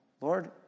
lord